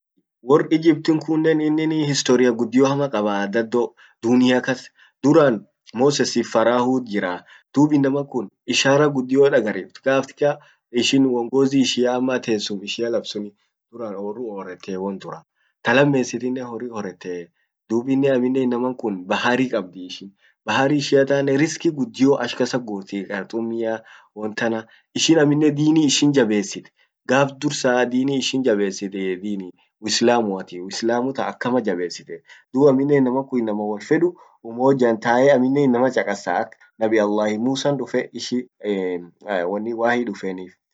Wor Egypt kunnen inin storia guddio hamaa kabaa. Dhado, dunia kas. Duran Mosesif Pharaoh jiraa, dub inaman kun ishara guddio dagaris ishin uongozi ishia ama tessum ishia laf suni, duran orru orrete won dura. Talamessitinen horri horrete, dub innen amminnen inaman kun bahari kabdi, bahari ishiannen risqi guddio ash kasa gurti, qurtummia, wontana, ishin amminen dini ishin jabessit gaf dursa dini ishin jabessit islamuati. islamu tan akama jabessit. dub amminen inaman kun inama wol fedu umojan tae amminen inama chakasa ak nabi allahi Musan duf e ishi wonni wahyi dufenii.